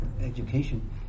education